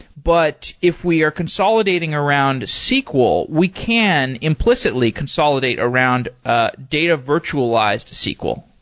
but if we are consolidating around sql, we can implicitly consolidate around ah data virtualized sql.